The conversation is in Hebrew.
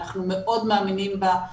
אנחנו מאוד מאמינים בה,